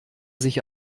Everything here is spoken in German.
sich